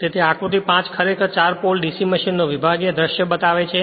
તેથી આકૃતિ 5 ખરેખર ચાર પોલ DC મશીનનો વિભાગીય દૃશ્ય બતાવે છે